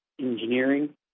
engineering